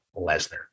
Lesnar